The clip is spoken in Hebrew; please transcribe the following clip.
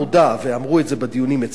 ואמרו את זה בדיונים אצלנו,